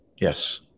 Yes